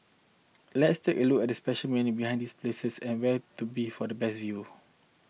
let's take a look at the special meaning behind these places and where to be for the best view